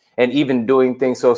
and even doing things, so